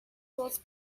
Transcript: thoughts